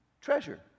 treasure